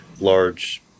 large